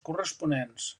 corresponents